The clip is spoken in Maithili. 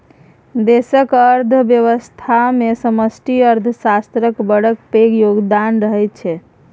देशक अर्थव्यवस्थामे समष्टि अर्थशास्त्रक बड़ पैघ योगदान रहैत छै